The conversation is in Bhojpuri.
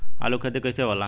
आलू के खेती कैसे होला?